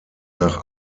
nach